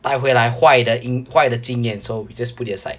带会来坏的坏的经验 so we just put it aside